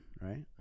right